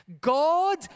God